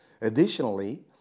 Additionally